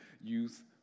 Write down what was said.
use